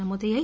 నమోదయ్యాయి